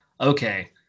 okay